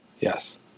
Yes